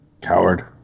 Coward